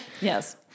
yes